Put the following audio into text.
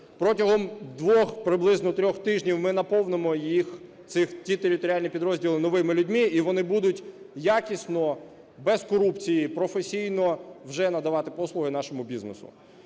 Протягом двох, приблизно трьох тижнів ми наповнимо їх, ці територіальні підрозділи, новими людьми, і вони будуть якісно, без корупції професійно вже надавати послуги нашому бізнесу.